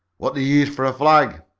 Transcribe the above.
what did you use for a flag?